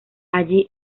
allí